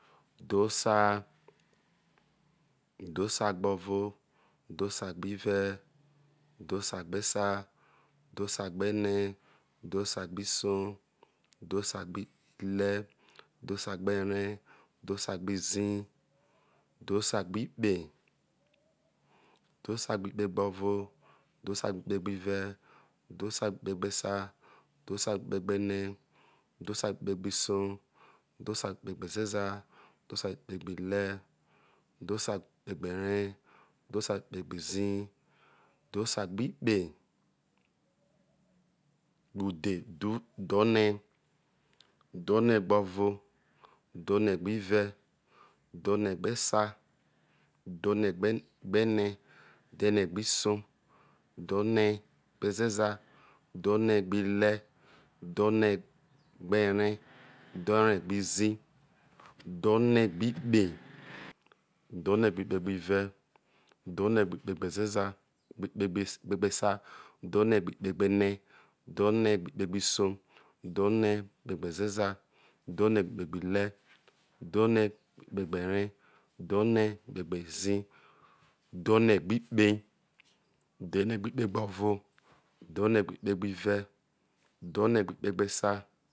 Udhosa udhosa gbovo udhosa gbive udhosa gbesa udhosagbene udhosagbisoi udhosagbihre udhosagberee udhosagbidi udhosagbikpe udhosagbelkpeg bo̠vo̠ udhosagbikpegbive udhosagbikpegbesai udhosagbikpegbene udhusagbikpegbsoi udhosagbe/kpegbezeza udhosagbekegbibre udhosagbikpegberee udhosagbikpegbizi udhosagbikpe udhe udhoudhone udhonegbo̠vo̠ udhonegbive udhonegbesa udhonegbegbene udhone gbiso udhonegbezeza udhonegbibre udhonegberee udone gbiriudhonegbikpe udhonegbikpegbive udhunegbikpegbezeza kpegbesa ughonegbi kpegbene udhonegbikpegbisoi udhonekpegbezeza udhonegbikpegbihre udhonegbikpegberee udhonekpegbizili udhonegbikpeiudhenegbikpegbovo udhonegbikpeghive udhonegbikpergbesa